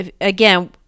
again